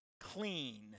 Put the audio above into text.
clean